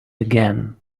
again